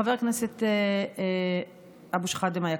חבר הכנסת אבו שחאדה היקר,